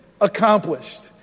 accomplished